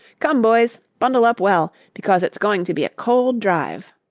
come, boys, bundle up well, because it's going to be a cold drive.